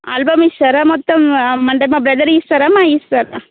album ఇస్తారా మొత్తం అంటే మా బ్రదర్వి ఇస్తారా మావి ఇస్తారా